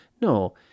no